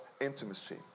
intimacy